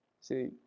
See